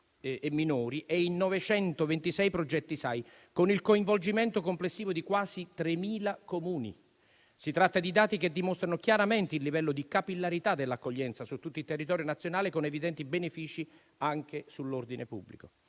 e minori e in 926 progetti SAI con il coinvolgimento complessivo di quasi 3.000 Comuni. Si tratta di dati che dimostrano chiaramente il livello di capillarità dell'accoglienza su tutto il territorio nazionale, con evidenti benefici anche sull'ordine pubblico.